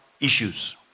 issues